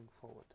forward